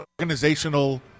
organizational